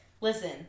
Listen